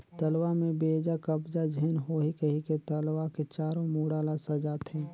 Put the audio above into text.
तलवा में बेजा कब्जा झेन होहि कहिके तलवा मे चारों मुड़ा ल सजाथें